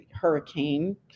hurricane